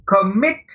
commit